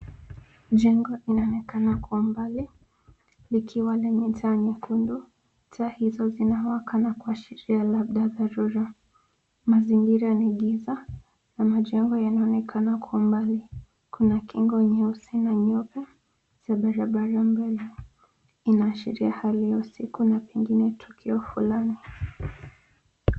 Jengo inaonekana kwa umbali ikiwa na taa nyekundu. Taa hizo zinawaka na kuashiria labda dharura. Mazingira ni giza na majengo yanaonekana kwa mbali. Kuna kingo nyeusi na nyeupe za barabara ambayo inaashiria hali ya usiku na pengine tukio fulani.